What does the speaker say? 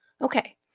Okay